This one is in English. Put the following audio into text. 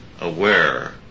aware